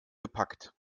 gepackt